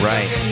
Right